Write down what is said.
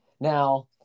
Now